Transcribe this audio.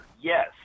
Yes